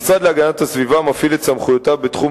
המשרד להגנת הסביבה מפעיל את סמכויותיו בתחום